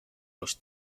los